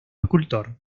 escultor